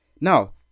Now